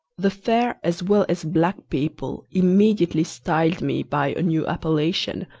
the fair as well as black people immediately styled me by a new appellation,